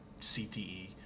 CTE